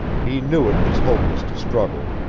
he knew it was hopeless to struggle,